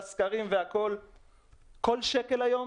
כל שקל היום